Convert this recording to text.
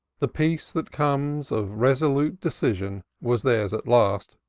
the peace that comes of resolute decision was theirs at last,